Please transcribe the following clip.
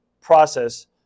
process